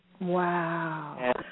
Wow